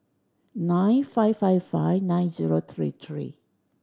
nine five five five nine zero three three